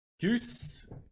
Goose